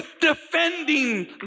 defending